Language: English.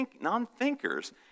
non-thinkers